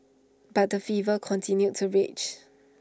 but the fever continued to rage